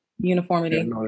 Uniformity